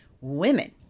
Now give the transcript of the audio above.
Women